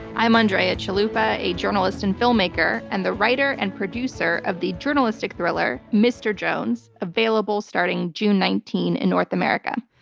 i'm andrea chalupa, a journalist and filmmaker, and the writer and producer of the journalistic thriller, mr. jones, available starting june nineteen in north america.